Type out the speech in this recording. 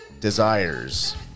desires